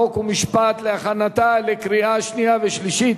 חוק ומשפט להכנתה לקריאה שנייה ולקריאה שלישית.